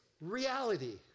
reality